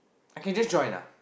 I can just join ah